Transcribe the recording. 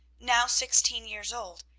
now sixteen years old.